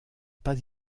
pas